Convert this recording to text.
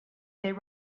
there